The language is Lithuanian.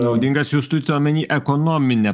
naudingas jūs turite omeny ekonomine